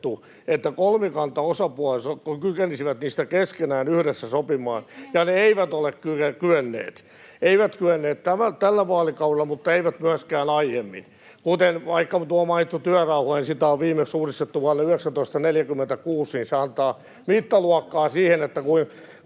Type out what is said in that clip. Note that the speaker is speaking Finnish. että kolmikantaosapuolet kykenisivät niistä keskenään yhdessä sopimaan, ja ne eivät ole kyenneet — eivät kyenneet tällä vaalikaudella, mutta eivät myöskään aiemmin. Esimerkiksi mainittua työrauhaa on viimeksi uudistettu vuonna 1946, mikä antaa mittaluokkaa siihen, kuinka